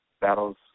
Battles